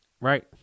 right